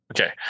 Okay